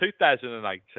2018